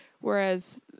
whereas